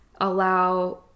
allow